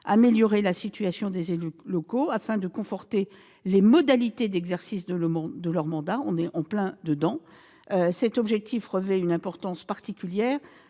améliorer la situation des élus locaux afin de conforter les modalités d'exercice de leurs mandats. Cet objectif revêt une importance particulière